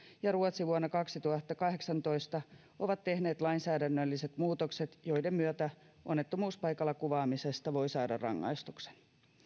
ja ruotsi vuonna kaksituhattakahdeksantoista ovat tehneet lainsäädännölliset muutokset joiden myötä onnettomuuspaikalla kuvaamisesta voi saada rangaistuksen